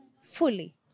Fully